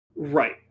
Right